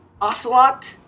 ocelot